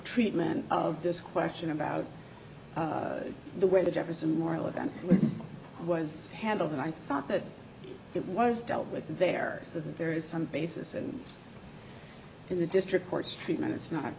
treatment of this question about the way the jefferson memorial event was handled and i thought that it was dealt with there so that there is some basis and in the district courts treatment it's not